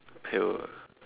pail ah